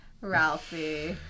Ralphie